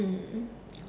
mm